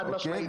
חד-משמעית.